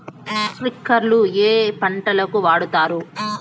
స్ప్రింక్లర్లు ఏ పంటలకు వాడుతారు?